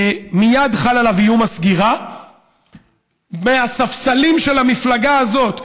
מייד חל עליו איום הסגירה מהספסלים של המפלגה הזאת,